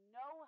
no